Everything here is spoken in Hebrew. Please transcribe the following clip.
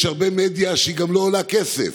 יש הרבה מדיה שגם לא עולה כסף: